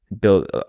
build